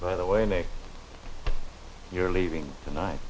by the way you're leaving tonight